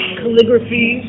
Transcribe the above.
calligraphy